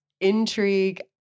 intrigue